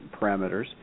parameters